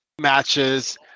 matches